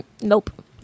nope